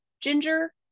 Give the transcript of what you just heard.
ginger